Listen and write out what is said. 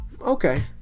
Okay